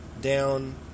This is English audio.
down